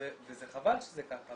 וזה חבל שזה ככה,